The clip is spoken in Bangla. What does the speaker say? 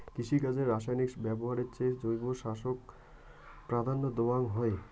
কৃষিকাজে রাসায়নিক ব্যবহারের চেয়ে জৈব চাষক প্রাধান্য দেওয়াং হই